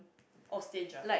oh stinge ah